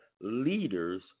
leaders